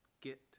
get